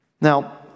Now